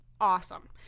awesome